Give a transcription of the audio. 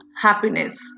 happiness